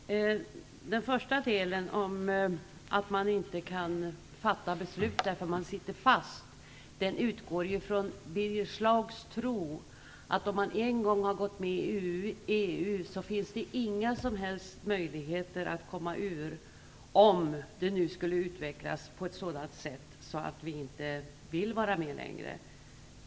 Herr talman! Det första påståendet, att man inte kan fatta beslut därför att man sitter fast, bygger på Birger Schlaugs tro att om vi en gång har gått med i EU finns det inga som helst möjligheter att gå ur, om samarbetet skulle utvecklas på ett sådant sätt att vi inte längre vill vara med.